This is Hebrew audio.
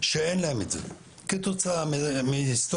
שאין להם את זה כתוצאה מהיסטוריה,